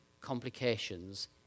complications